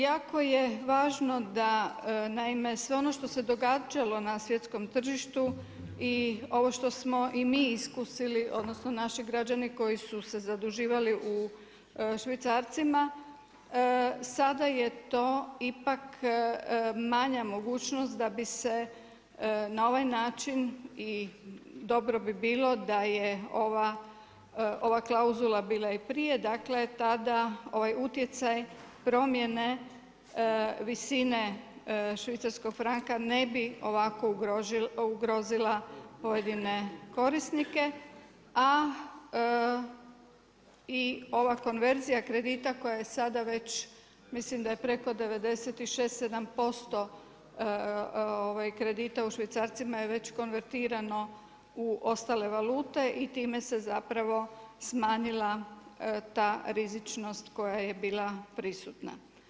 Jako je važno, naime sve ono što se događalo na svjetskom tržištu i ovo što smo i mi iskusili odnosno naši građani koji su se zaduživali u švicarcima, sad je to ipak manja mogućnost da bi se na ovaj način i dobro bi bilo da je ova klauzula bila i prije, dakle tada ovaj utjecaj promjene visine švicarskog franka ne bi ovako ugrozila pojedine korisnike, a i ova konverzija kredita koja je sada već, mislim da je preko 96, 97% kredita u švicarcima je već konvertirano u ostale valute i time se zapravo smanjila ta rizičnost koja je bila prisutna.